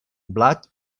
blat